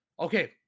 Okay